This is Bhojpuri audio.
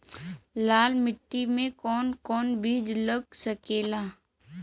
लाल मिट्टी में कौन कौन बीज लग सकेला?